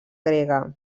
grega